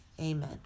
amen